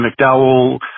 McDowell